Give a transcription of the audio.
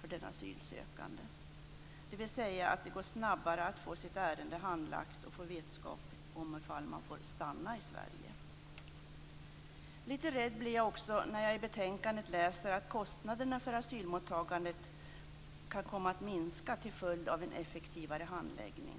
för den asylsökande, dvs. att det går snabbare att få sitt ärende handlagt och att få vetskap om man får stanna i Sverige. Lite rädd blir jag också när jag i betänkandet läser att kostnaderna för asylmottagandet kan komma att minska till följd av en effektivare handläggning.